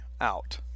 out